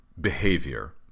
behavior